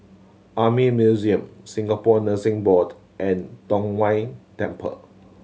Army Museum Singapore Nursing Board and Tong Whye Temple